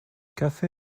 kafe